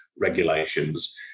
Regulations